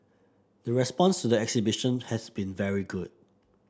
the response to the exhibition has been very good